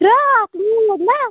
راتھ موٗد نا